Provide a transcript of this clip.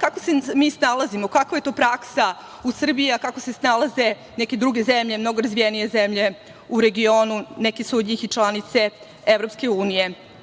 Kako se mi snalazimo, kakva je to praksa u Srbiji, a kako se snalaze neke druge zemlje, mnogo razvijenije zemlje u regionu? Neke su od njih i članice EU.Mogu